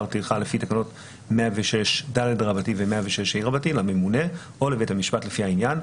טרחה לפי תקנות 106ד ו-106ה לממונה או לבית המשפט לפי העניין,